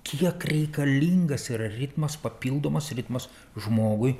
kiek reikalingas yra ritmas papildomas ritmas žmogui